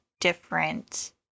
different